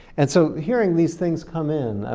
and so hearing these things come in,